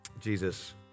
Jesus